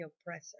oppressor